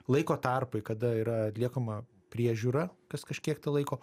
laiko tarpai kada yra atliekama priežiūra kas kažkiek tai laiko